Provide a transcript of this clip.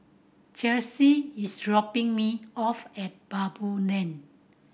Chelsy is dropping me off at Baboo Lane